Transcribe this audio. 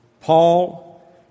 Paul